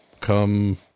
come